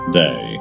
day